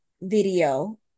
video